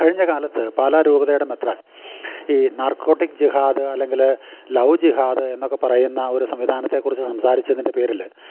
കഴിഞ്ഞ കാലത്ത് പാല രൂപതയുടെ മെത്രാൻ ഈ നാർക്കോട്ടിക്ക് ജിഹാദ് അല്ലെങ്കിൽ ലവ് ജിഹാദ് എന്നൊക്കെ പറയുന്ന ഒരു സംവിധാനത്തെക്കുറിച്ച് സംസാരിച്ചതിൻ്റെ പേരിൽ